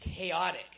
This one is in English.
chaotic